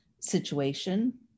situation